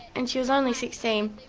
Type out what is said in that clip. and she was only sixteen.